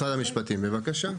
משרד המשפטים, בבקשה.